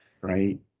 right